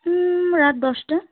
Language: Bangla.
রাত দশটা